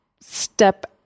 step